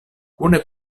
kune